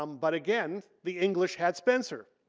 um but again the english had spencer.